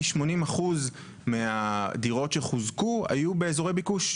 80% מהדירות שחוזקו היו באזורי ביקוש.